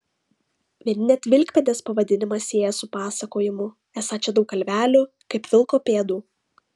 vieni net vilkpėdės pavadinimą sieja su pasakojimu esą čia daug kalvelių kaip vilko pėdų